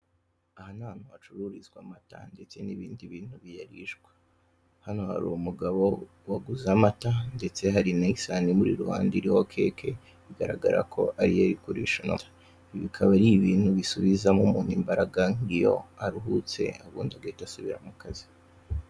Aha ni ahantu hacururizwa amata ndetse n'ibindi bintu biyarishwa, hano hari umugabo waguze amata ndetse hari n'isahani imuri iruhande iriho keke, bigaragara ko ari yo ari kurisha amata, ibi bikaba ari ibintu bisubizamo umuntu imbaraga nk'iyo aruhutse ubundi agahita asubira mu kazi.